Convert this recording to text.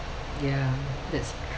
ya that's true